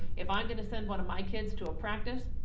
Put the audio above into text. if i'm gonna send one of my kids to a practice,